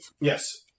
Yes